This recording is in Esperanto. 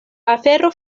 afero